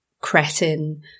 cretin